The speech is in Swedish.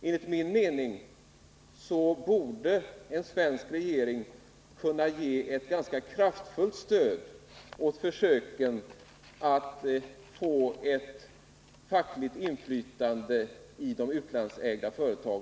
Jag tycker att en svensk regering borde kunna ge ett kraftfullt stöd åt försöken att få ett fackligt inflytande i dessa företag.